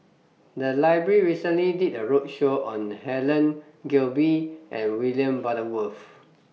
The Library recently did A roadshow on Helen Gilbey and William Butterworth